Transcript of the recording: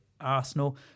Arsenal